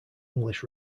english